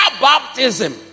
baptism